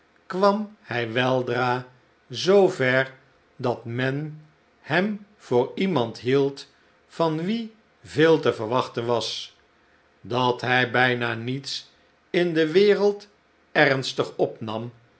kwam hij weldra zoo ver dat men hem voor iemand hield van wien veelte verwachten was dat hij bijna niets in de wereld ernstigs opnam